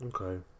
Okay